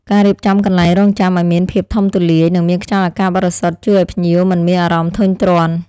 ការរៀបចំកន្លែងរង់ចាំឱ្យមានភាពធំទូលាយ និងមានខ្យល់អាកាសបរិសុទ្ធជួយឱ្យភ្ញៀវមិនមានអារម្មណ៍ធុញទ្រាន់។